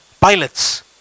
pilots